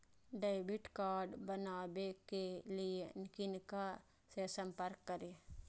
Debit card बनावे के लिए किनका से संपर्क करी?